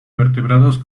vertebrados